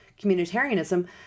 communitarianism